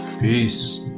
peace